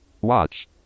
Watch